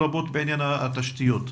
לרבות בעניין התשתיות.